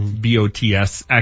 B-O-T-S